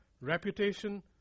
reputation